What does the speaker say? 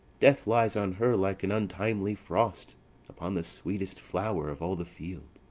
death lies on her like an untimely frost upon the sweetest flower of all the field.